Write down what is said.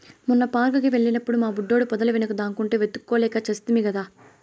మొన్న పార్క్ కి వెళ్ళినప్పుడు మా బుడ్డోడు పొదల వెనుక దాక్కుంటే వెతుక్కోలేక చస్తిమి కదా